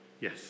Yes